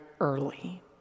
early